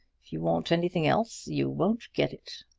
if you want anything else you won't get it.